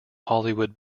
hollywood